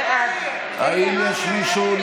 אינו נוכח בנימין נתניהו,